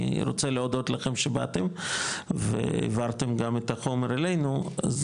אני רוצה להודות לכם שבאתם והעברתם גם את החומר אלינו אז